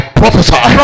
prophesy